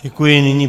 Děkuji.